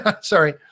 Sorry